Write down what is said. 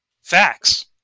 facts